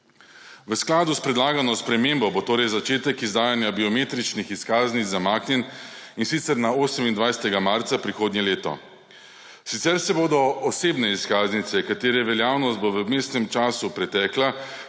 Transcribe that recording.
V skladu s predlagano spremembo bo začetek izdajanja biometričnih izkaznic zamaknjen, in sicer na 28. marca prihodnje leto. Sicer se bodo osebne izkaznice, katere veljavnost bo v vmesnem času pretekla,